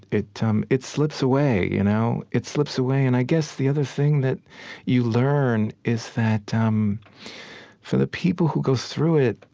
it um it slips away, you know? it slips away. and i guess the other thing that you learn is that um for the people who go through it,